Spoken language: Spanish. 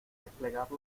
desplegar